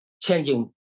changing